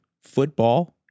Football